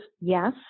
yes